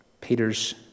Peter's